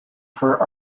for